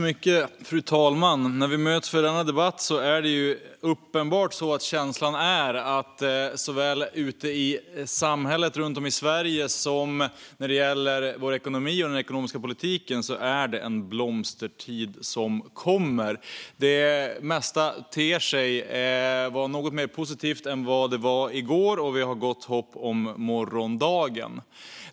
Fru talman! Det är uppenbart i debatten att känslan är att en blomstertid nu kommer såväl ute i samhället som i ekonomin och den ekonomiska politiken. Det mesta ter sig mer positivt än i går, och vi har gott hopp om morgondagen.